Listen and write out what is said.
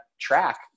track